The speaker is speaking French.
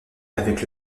avec